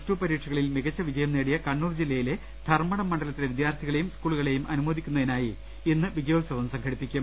C plus two പരീക്ഷകളിൽ മികച്ച വിജയം നേടിയ കണ്ണൂർ ജില്ലയിലെ ധർമ്മടം മുണ്ഡലത്തിലെ വിദ്യാർത്ഥികളെയും സ്കൂളുകളെയും അനുമോദിക്കുന്നതി നായി ഇന്ന് വിജയോത്സവം സംഘടിപ്പിക്കും